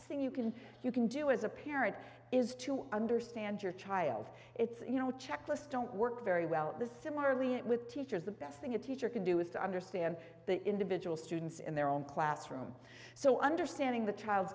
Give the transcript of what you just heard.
passing you can you can do as a parent is to understand your child it's you know a checklist don't work very well the similarly with teachers the best thing a teacher can do is to understand the individual students in their own classroom so understanding the child's